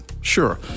Sure